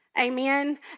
Amen